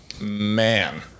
man